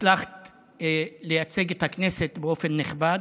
הצלחת לייצג את הכנסת באופן נכבד.